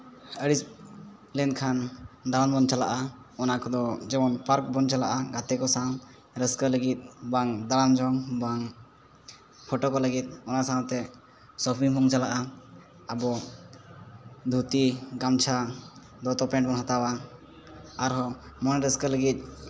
ᱟᱹᱲᱤᱥ ᱞᱮᱱᱠᱷᱟᱱ ᱫᱟᱬᱟᱱ ᱵᱚᱱ ᱪᱟᱞᱟᱜᱼᱟ ᱚᱱᱟ ᱠᱚᱫᱚ ᱡᱮᱢᱚᱱ ᱯᱟᱨᱠ ᱵᱚᱱ ᱪᱟᱞᱟᱜᱼᱟ ᱜᱟᱛᱮ ᱠᱚ ᱥᱟᱝ ᱨᱟᱹᱥᱠᱟᱹ ᱞᱟᱹᱜᱤᱫ ᱵᱟᱝ ᱫᱟᱲᱟᱱ ᱡᱚᱝ ᱵᱟᱝ ᱯᱷᱳᱴᱳ ᱠᱚ ᱞᱟᱹᱜᱤᱫ ᱚᱱᱟ ᱥᱟᱶᱛᱮ ᱥᱚᱯᱤᱝ ᱵᱚᱱ ᱪᱟᱞᱟᱜᱼᱟ ᱟᱫᱚ ᱫᱷᱩᱛᱤ ᱜᱟᱢᱪᱷᱟ ᱫᱚᱛᱚ ᱯᱮᱱ ᱵᱚ ᱦᱟᱛᱟᱣᱟ ᱟᱨᱦᱚᱸ ᱢᱚᱱ ᱨᱟᱹᱥᱠᱟᱹ ᱞᱟᱹᱜᱤᱫ